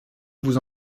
vous